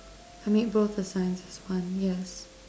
I make both the signs is one yes